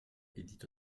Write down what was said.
édite